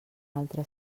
altre